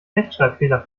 rechtschreibfehler